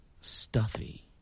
stuffy